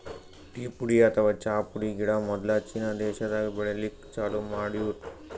tea ಪುಡಿ ಅಥವಾ ಚಾ ಪುಡಿ ಗಿಡ ಮೊದ್ಲ ಚೀನಾ ದೇಶಾದಾಗ್ ಬೆಳಿಲಿಕ್ಕ್ ಚಾಲೂ ಮಾಡ್ಯಾರ್